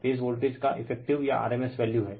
phase voltage का effective या rms value है